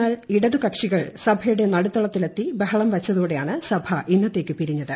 C ഇടതുകക്ഷികൾ സഭയുടെ നടുത്തളത്തിലെത്തി ബഹളംവെച്ചതോടെയാണ് സഭ ഇന്നത്തേക്ക് പിരിഞ്ഞത്